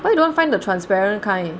why you don't want to find the transparent kind